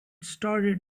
started